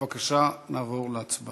קריאה שלישית, בבקשה נעבור להצבעה.